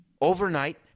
overnight